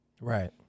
Right